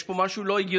יש פה משהו לא הגיוני.